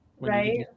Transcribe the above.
Right